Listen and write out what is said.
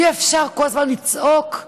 אי-אפשר כל הזמן לצעוק: